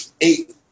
eight-